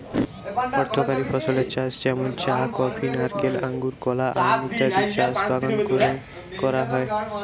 অর্থকরী ফসলের চাষ যেমন চা, কফি, নারকেল, আঙুর, কলা, আম ইত্যাদির চাষ বাগান কোরে করা হয়